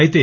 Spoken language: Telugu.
అయితే